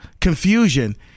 confusion